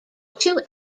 two